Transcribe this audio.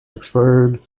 expired